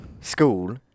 School